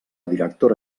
directora